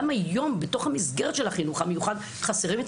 גם היום בתוך המסגרת של החינוך המיוחד חסרים את